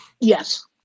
Yes